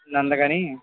అందుకని